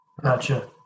gotcha